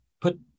put